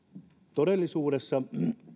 todellisuudessa